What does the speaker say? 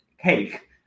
cake